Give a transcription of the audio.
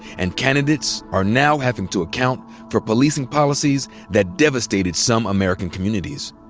and candidates are now having to account for policing policies that devastated some american communities.